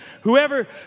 whoever